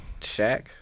Shaq